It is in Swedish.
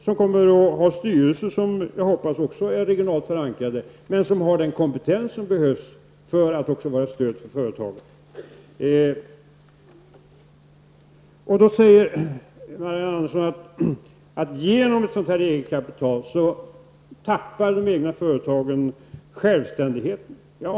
De kommer att ha styrelser -- som jag hoppas är regionalt förankrade -- som har den kompetens som behövs för att vara ett stöd för företaget. Marianne Andersson säger att de egna företagen tappar självständigheten genom ett sådant här eget kapital.